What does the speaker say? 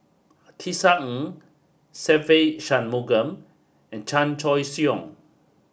Tisa Ng Se Ve Shanmugam and Chan Choy Siong